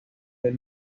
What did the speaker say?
del